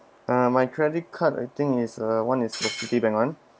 uh my credit card I think is uh one is for Citibank [one]